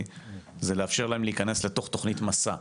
זה לאפשר להם להיכנס לתוך תוכנית "מסע".